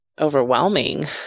overwhelming